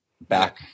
Back